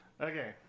Okay